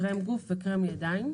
קרם גוף וקרם ידיים.